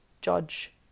judge